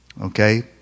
okay